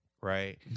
right